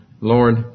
Lord